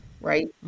right